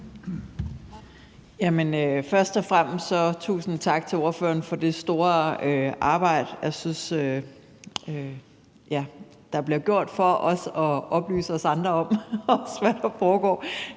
Først og fremmest tusind tak til ordføreren for det store arbejde, jeg synes der bliver gjort for også at oplyse os andre om, hvad der foregår.